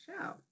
show